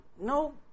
no